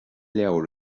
leabhar